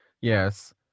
Yes